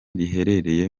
riherereye